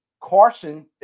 Carson